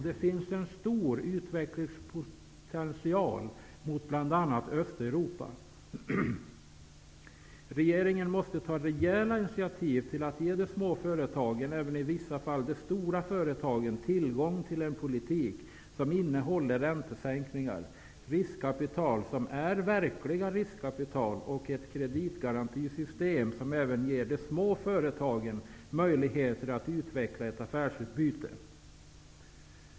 Det finns en stor utvecklingspotential mot bl.a. Östeuropa. Regeringen måste ta rejäla initiativ till att ge de små företagen, och även i vissa fall de stora företagen, tillgång till en politik som innehåller räntesänkningar, riskkapital som är verkliga riskkapital och ett kreditgarantisystem som även ger de små företagen möjligheter att utveckla ett affärsutbyte.